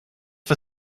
for